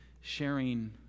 sharing